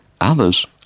Others